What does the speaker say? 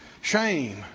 Shame